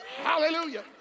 Hallelujah